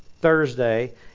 Thursday